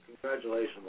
Congratulations